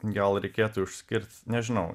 gal reikėtų išskirt nežinau